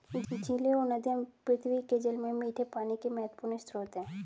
झीलें और नदियाँ पृथ्वी के जल में मीठे पानी के महत्वपूर्ण स्रोत हैं